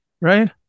Right